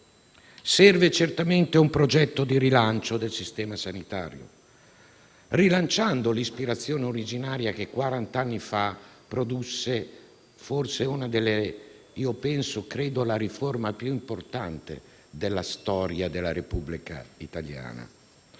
Serve certamente un progetto di rilancio del sistema sanitario, rilanciando l'ispirazione originaria che quaranta anni fa produsse quella che credo sia la riforma più importante della storia della Repubblica italiana.